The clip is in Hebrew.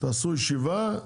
תעשו ישיבה,